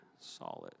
solid